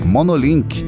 Monolink